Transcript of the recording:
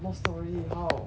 no stock already how